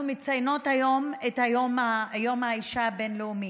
אנחנו מציינות היום את יום האישה הבין-לאומי,